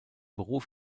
beruf